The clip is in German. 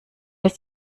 ist